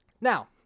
Now